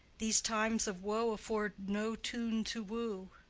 these times of woe afford no tune to woo.